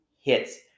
hits